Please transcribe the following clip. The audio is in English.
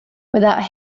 without